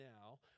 now